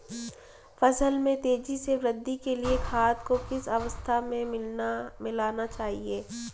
फसल में तेज़ी से वृद्धि के लिए खाद को किस अवस्था में मिलाना चाहिए?